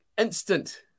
instant